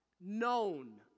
Known